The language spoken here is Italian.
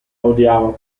odiava